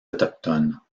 autochtones